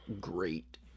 great